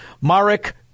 Marek